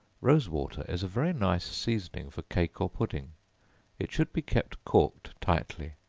rose water is a very nice seasoning for cake or pudding it should be kept corked tightly.